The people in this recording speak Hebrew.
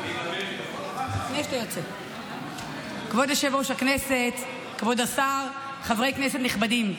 כבוד יושב-ראש הכנסת, כבוד השר, חברי כנסת נכבדים,